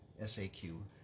S-A-Q